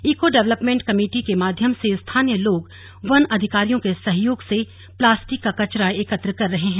eco development committee के माध्यम से स्थानीय लोग वन अधिकारियों के सहयोग से प्लास्टिक का कचरा एकत्र कर रहे हैं